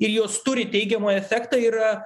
ir jos turi teigiamą efektą yra